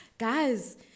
Guys